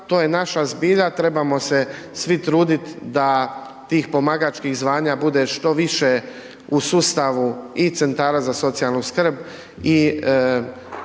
to je naša zbilja. Trebamo se svi truditi da tih pomagačkih zvanja bude što više u sustavu i centara za socijalnu skrb